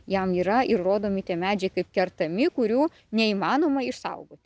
jam yra ir rodomi tie medžiai kaip kertami kurių neįmanoma išsaugot